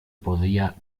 podía